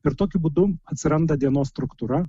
ir tokiu būdu atsiranda dienos struktūra